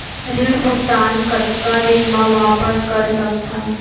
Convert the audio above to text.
ऋण भुगतान कतका दिन म वापस कर सकथन?